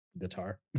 guitar